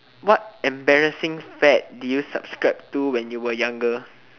what embarrassing fad did you subscribe to when you were younger